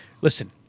Listen